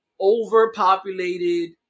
overpopulated